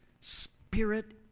Spirit